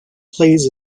plays